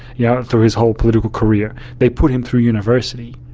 yeah through his whole political career, they put him through university,